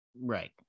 Right